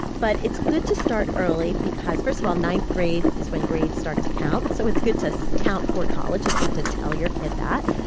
but, it's good to start early because first of all, ninth grade is when grades start to count, so it's good to so count toward college, it's good to tell your kid that,